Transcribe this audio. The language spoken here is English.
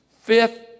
fifth